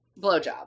blowjob